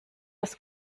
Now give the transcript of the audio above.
des